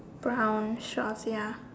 brown shorts ya